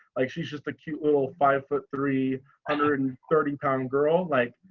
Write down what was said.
like she's just a cute little five foot three hundred and thirty pound girl like